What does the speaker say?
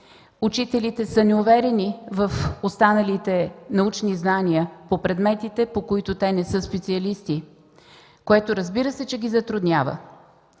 Учителите са неуверени в останалите научни знания по предметите, по които те не са специалисти, което, разбира се, ги затруднява.